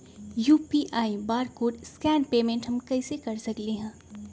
UPI barcode scan payment हम कईसे कर सकली ह?